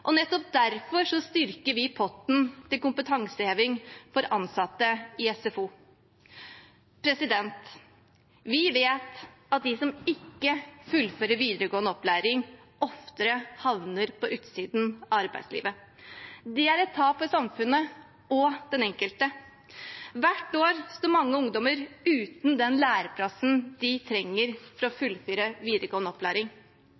Nettopp derfor styrker vi potten til kompetanseheving for ansatte i SFO. Vi vet at de som ikke fullfører videregående opplæring, oftere havner på utsiden av arbeidslivet. Det er et tap for samfunnet og den enkelte. Hvert år står mange ungdommer uten den læreplassen de trenger for å fullføre videregående opplæring,